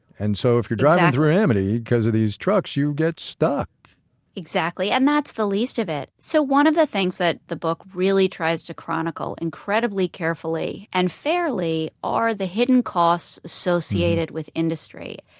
and so if you're driving through amity, because of these trucks, you get stuck exactly. and that's the least of it. so one of the things that the book really tries to chronicle incredibly carefully and fairly are the hidden costs associated with industry.